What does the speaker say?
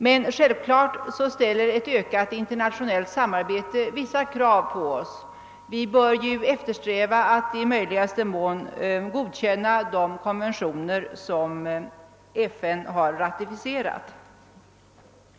Men självfallet ställer ett ökat internationellt samarbete vissa krav på oss; vi bör eftersträva att i möjligaste mån godkänna de konventioner som FN antagit.